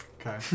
Okay